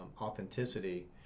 authenticity